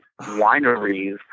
wineries